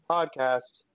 Podcast